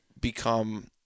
become